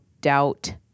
doubt